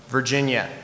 Virginia